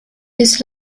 his